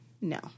No